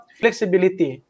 flexibility